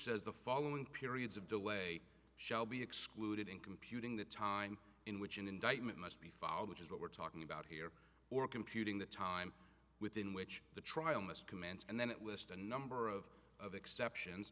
says the following periods of delay shall be excluded in computing the time in which an indictment must be filed which is what we're talking about here or computing the time within which the trial must commence and then it lists the number of of exceptions